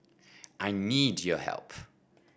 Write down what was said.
I need your help